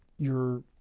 you're